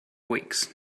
weeks